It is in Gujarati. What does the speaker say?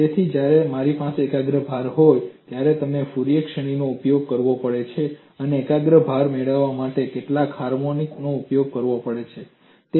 તેથી જ્યારે મારી પાસે એકાગ્ર ભાર હોય છે ત્યારે મારે ફુરિયર શ્રેણીનો ઉપયોગ કરવો પડે છે અને એકાગ્ર ભાર મેળવવા માટે કેટલાક હાર્મોનિક્સનો ઉપયોગ કરવો પડે છે